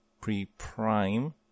pre-prime